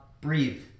breathe